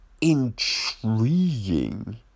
intriguing